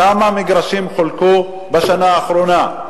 כמה מגרשים חולקו בשנה האחרונה?